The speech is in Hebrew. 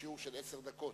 בשיעור של עשר דקות.